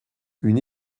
une